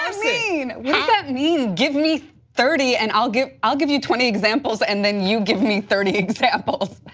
i mean that mean, give me thirty? and i'll give i'll give you twenty examples and then you give me thirty examples?